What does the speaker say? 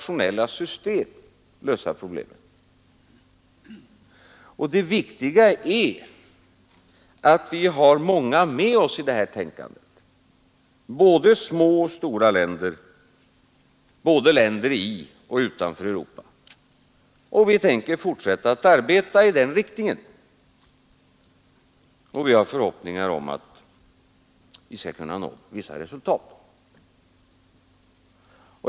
Och det viktiga är att vi har många med oss i detta tänkande, både små och stora länder, i och utanför Europa. Vi tänker fortsätta att arbeta i denna riktning. Och vi har förhoppningar om att kunna nå vissa resultat.